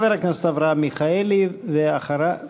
חבר הכנסת אברהם מיכאלי, ואחריו,